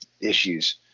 issues